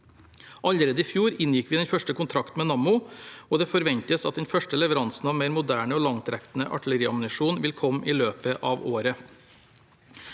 Allerede i fjor inngikk vi den første kontrakten med Nammo, og det forventes at den første leveransen av mer moderne og langtrekkende artilleriammunisjon vil komme i løpet av året.